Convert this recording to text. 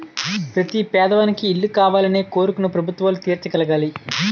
ప్రతి పేదవానికి ఇల్లు కావాలనే కోరికను ప్రభుత్వాలు తీర్చగలగాలి